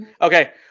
Okay